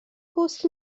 پست